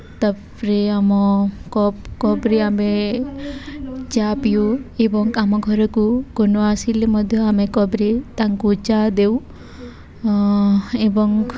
ତା'ପରେ ଆମ କପ୍ କପ୍ରେ ଆମେ ଚା' ପିଉ ଏବଂ ଆମ ଘରକୁ କୁଣିଆ ଆସିଲେ ମଧ୍ୟ ଆମେ କପ୍ରେ ତାଙ୍କୁ ଚା' ଦେଉ ଏବଂ